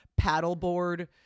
paddleboard